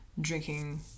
drinking